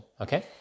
okay